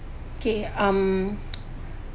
okay um